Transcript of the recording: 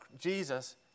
Jesus